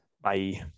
Bye